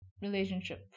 relationship